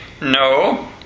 No